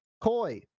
Koi